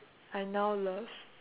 I now love